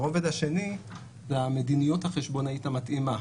הרובד השני זו המדיניות החשבונאית המתאימה.